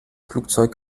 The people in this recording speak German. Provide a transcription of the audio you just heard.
flugzeug